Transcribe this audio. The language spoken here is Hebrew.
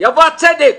יבוא הצדק